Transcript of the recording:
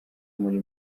muri